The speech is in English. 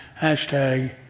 hashtag